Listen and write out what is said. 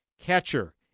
catcher